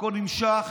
הכול נמשך.